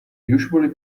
usually